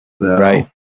Right